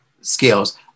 skills